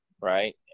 right